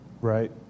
right